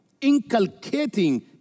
inculcating